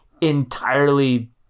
entirely